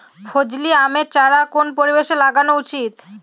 ফজলি আমের চারা কোন পরিবেশে লাগানো উচিৎ?